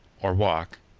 or walk,